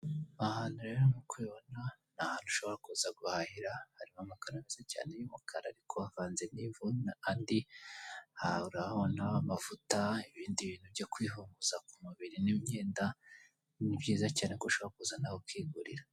Ahantu rero nk'uko ubibona ni ahantu ushobora kuza guhahira harimo amakaro menshi cyane y'umukara ariko havanze n'ivuna n'andi, urahabona amavuta, ibindi bintu byo kwihumuza ku mubiri n'imyenda. Ni byiza cyane kurushaho kuzana nawe ukigurira.